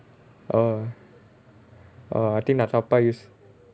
orh orh I think நான்:naan correct use